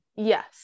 Yes